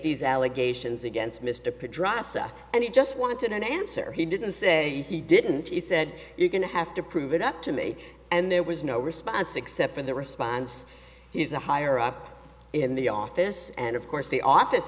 these allegations against mr pitt dry stuff and he just wanted an answer he didn't say he didn't he said you're going to have to prove it up to me and there was no response except for the response he's a higher up in the office and of course the office